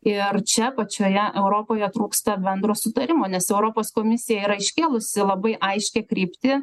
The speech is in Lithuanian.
ir čia pačioje europoje trūksta bendro sutarimo nes europos komisija yra iškėlusi labai aiškią kryptį